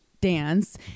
dance